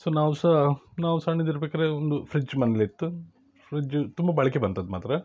so ನಾವು ಸಹ ನಾವು ಸಣ್ಣದಿರ್ಬೇಕಾರೆ ಒಂದು ಫ್ರಿಜ್ ಮನ್ಲಿತ್ತು ಫ್ರಿಜ್ಜು ತುಂಬ ಬಾಳಿಕೆ ಬಂತು ಅದು ಮಾತ್ರ